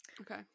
Okay